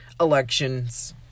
elections